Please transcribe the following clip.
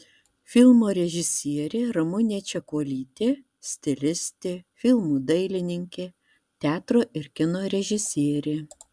filmo režisierė ramunė čekuolytė stilistė filmų dailininkė teatro ir kino režisierė